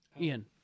Ian